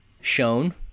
shown